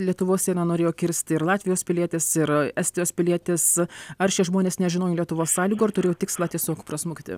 lietuvos sieną norėjo kirsti ir latvijos pilietis ir estijos pilietis ar šie žmonės nežinojo lietuvos sąlygų ar turėjo tikslą tiesiog prasmukti